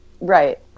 Right